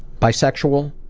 bisexual.